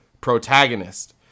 protagonist